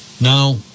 Now